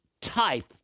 type